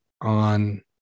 on